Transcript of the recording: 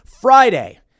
Friday